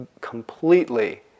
completely